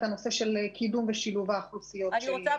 הנושא של קידום ושילוב האוכלוסיות שהן --- אני רוצה,